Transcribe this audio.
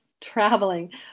traveling